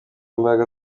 imbaraga